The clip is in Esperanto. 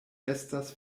estas